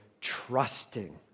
trusting